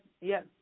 yes